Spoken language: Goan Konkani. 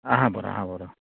आहा बरो आहा बरो